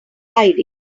hiding